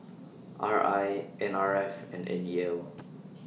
R I N R F and N E L